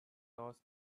toss